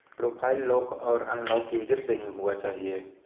profile lock आर unlock user से ही हुआ चाहिए